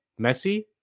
Messi